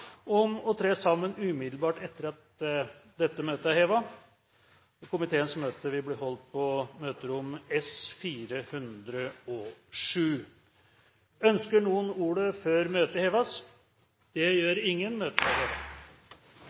om å tre sammen umiddelbart etter at dette møtet er hevet. Komiteens møte vil bli holdt på møterom S-407. Ønsker noen ordet før møtet heves?